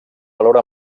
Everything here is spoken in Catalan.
valor